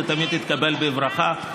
זה תמיד יתקבל בברכה,